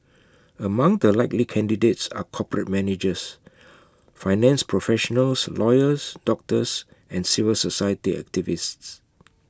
among the likely candidates are corporate managers finance professionals lawyers doctors and civil society activists